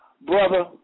brother